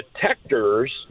detectors